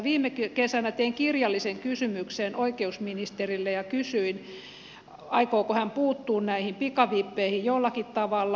viime kesänä tein kirjallisen kysymyksen oikeusministerille ja kysyin aikooko hän puuttua näihin pikavippeihin jollakin tavalla